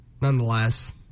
nonetheless